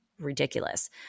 ridiculous